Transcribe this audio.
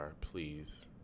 Please